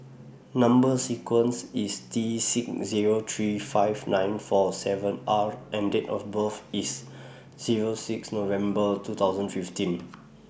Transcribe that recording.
Number sequence IS T six Zero three five nine four seven R and Date of birth IS Zero six November two thousand fifteen